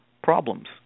problems